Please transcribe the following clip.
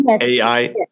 AI